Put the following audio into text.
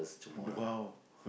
!wow!